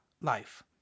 life